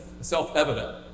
self-evident